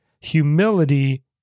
humility